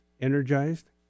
energized